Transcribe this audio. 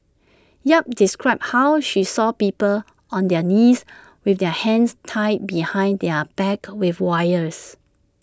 yap described how she saw people on their knees with their hands tied behind their backs with wires